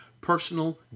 personal